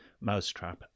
mousetrap